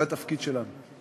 זה התפקיד שלנו.